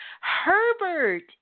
Herbert